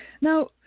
Now